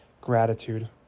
gratitude